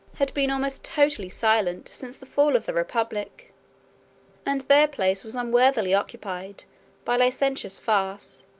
had been almost totally silent since the fall of the republic and their place was unworthily occupied by licentious farce,